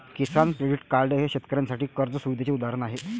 किसान credit card हे शेतकऱ्यांसाठी कर्ज सुविधेचे उदाहरण आहे